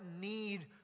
need